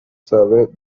survive